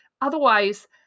Otherwise